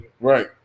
Right